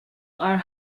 are